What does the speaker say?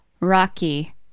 Rocky